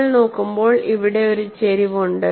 നിങ്ങൾ നോക്കുമ്പോൾ ഇവിടെ ഒരു ചരിവ് ഉണ്ട്